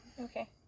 Okay